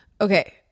okay